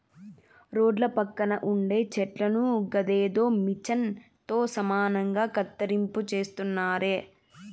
రోడ్ల పక్కన ఉండే చెట్లను గదేదో మిచన్ తో సమానంగా కత్తిరింపు చేస్తున్నారే